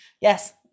Yes